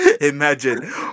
imagine